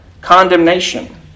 condemnation